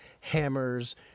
hammers